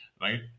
right